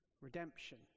redemption